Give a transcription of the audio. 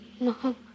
Mom